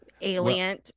alien